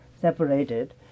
separated